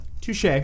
Touche